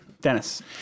Dennis